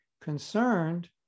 concerned